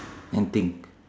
anything